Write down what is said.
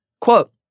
Quote